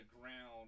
ground